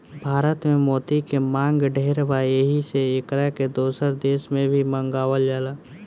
भारत में मोती के मांग ढेर बा एही से एकरा के दोसर देश से भी मंगावल जाला